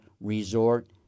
resort